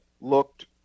looked